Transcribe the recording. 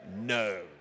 No